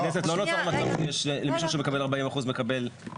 בכנסת לא נוצר מצב שמישהו שמקבל 40% מקבל